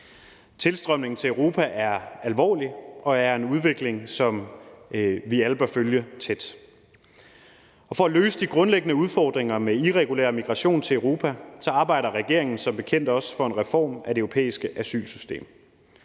Tilstrømningen til Europa er alvorlig og er en udvikling, som vi alle bør følge tæt. Og for at løse de grundlæggende udfordringer med irregulær migration til Europa arbejder regeringen som bekendt også for en reform af det europæiske asylsystem.